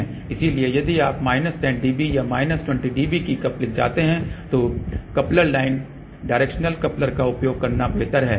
इसलिए यदि आप माइनस 10 dB या माइनस 20 dB की कपलिंग चाहते हैं तो कपल लाइन डायरेक्शनल कपलर का उपयोग करना बेहतर है